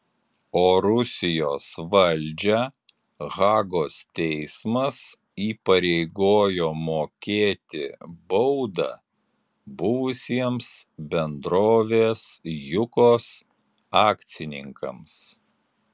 o rusijos valdžią hagos teismas įpareigojo mokėti baudą buvusiems bendrovės jukos akcininkams